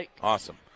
Awesome